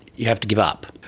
you have to give up.